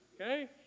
Okay